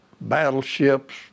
battleships